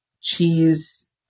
Cheese